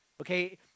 okay